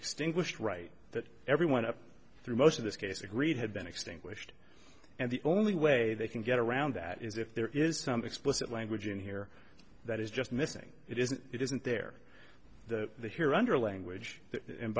extinguished right that everyone up through most of this case agreed had been extinguished and the only way they can get around that is if there is some explicit language in here that is just missing it isn't it isn't there the here under language and